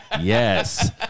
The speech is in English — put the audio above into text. Yes